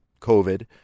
COVID